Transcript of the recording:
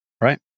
right